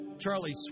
Charlie